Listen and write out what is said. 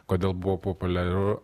kodėl buvo populiaru